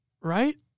Right